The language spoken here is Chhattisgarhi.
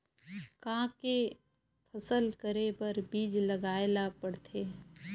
का के फसल करे बर बीज लगाए ला पड़थे?